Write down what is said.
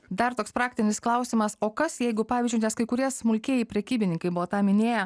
dar toks praktinis klausimas o kas jeigu pavyzdžiui nes kai kurie smulkieji prekybininkai buvo tą minėję